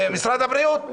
משרד הבריאות.